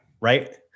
Right